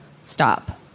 stop